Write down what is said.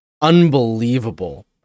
unbelievable